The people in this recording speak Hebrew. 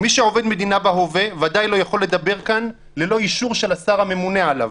מי שעובד מדינה בהווה ודאי לא יכול לדבר כאן ללא אישור השר הממונה עליו.